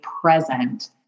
present